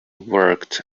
worked